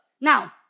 Now